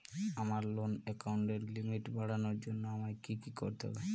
আমার লোন অ্যাকাউন্টের লিমিট বাড়ানোর জন্য আমায় কী কী করতে হবে?